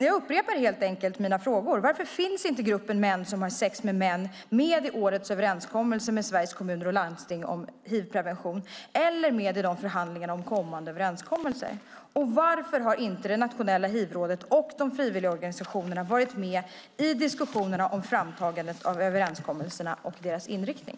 Jag upprepar helt enkelt mina frågor: Varför finns inte gruppen män som har sex med män med i årets överenskommelse med Sveriges Kommuner och Landsting om hivprevention eller med i förhandlingarna om kommande överenskommelser? Varför har inte det nationella hivrådet och de frivilliga organisationerna varit med i diskussionerna om framtagandet av överenskommelserna och deras inriktning?